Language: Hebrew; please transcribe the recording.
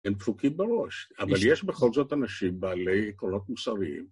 הם דפוקים בראש, אבל יש בכל זאת אנשים בעלי קולות מוסריים.